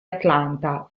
atlanta